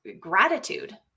gratitude